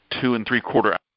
two-and-three-quarter